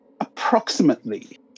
approximately